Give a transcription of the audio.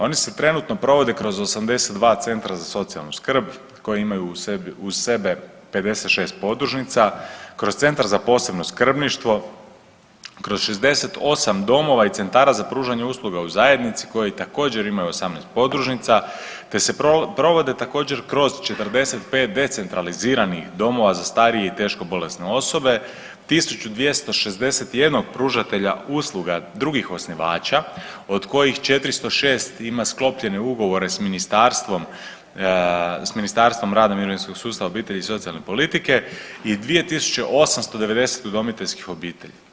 Oni se trenutno provode kroz 82 centra za socijalnu skrb koji imaju u sebi, uz sebe 56 podružnica, kroz centar za posebno skrbništvo, kroz 68 domova i centara za pružanje usluga u zajednici koji također imaju 18 podružnica te provode također kroz 45 decentraliziranih domova za starije i teško bolesne osobe, 1261 pružatelja usluga drugih osnivača od kojih 406 ima sklopljene ugovore s ministarstvom, s Ministarstvom rada, mirovinskog sustava, obitelji i socijalne politike i 2890 udomiteljskih obitelji.